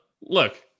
look